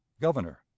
governor